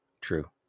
true